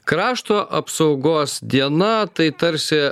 krašto apsaugos diena tai tarsi